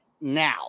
now